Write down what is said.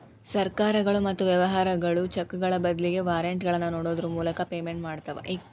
ಸರ್ಕಾರಗಳು ಮತ್ತ ವ್ಯವಹಾರಗಳು ಚೆಕ್ಗಳ ಬದ್ಲಿ ವಾರೆಂಟ್ಗಳನ್ನ ನೇಡೋದ್ರ ಮೂಲಕ ಪೇಮೆಂಟ್ ಮಾಡ್ತವಾ